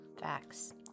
Facts